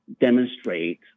demonstrate